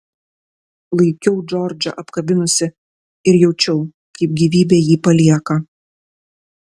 laikiau džordžą apkabinusi ir jaučiau kaip gyvybė jį palieka